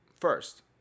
First